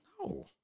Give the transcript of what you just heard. no